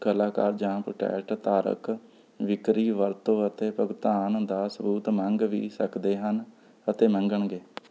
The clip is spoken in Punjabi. ਕਲਾਕਾਰ ਜਾਂ ਪੇਟੈਂਟ ਧਾਰਕ ਵਿਕਰੀ ਵਰਤੋਂ ਅਤੇ ਭੁਗਤਾਨ ਦਾ ਸਬੂਤ ਮੰਗ ਵੀ ਸਕਦੇ ਹਨ ਅਤੇ ਮੰਗਣਗੇ